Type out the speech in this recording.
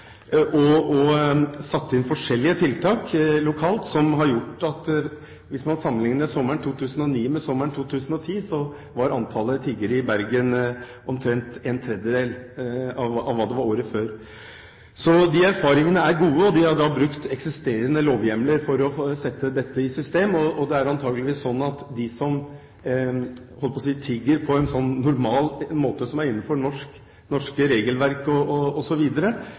sommeren 2010, var antallet tiggere i Bergen omtrent en tredjedel av hva det var året før. Så de erfaringene er gode, og de har brukt eksisterende lovhjemler for å sette dette i system. Det er antakeligvis sånn at de, jeg holdt på å si, som tigger på en normal måte som er innenfor det norske